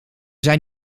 zijn